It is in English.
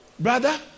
Brother